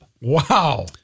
Wow